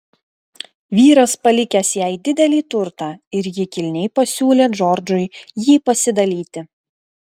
vyras palikęs jai didelį turtą ir ji kilniai pasiūlė džordžui jį pasidalyti